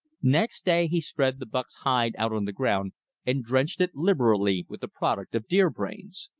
next day he spread the buck's hide out on the ground and drenched it liberally with the product of deer-brains.